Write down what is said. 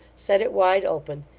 set it wide open,